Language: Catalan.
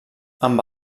amb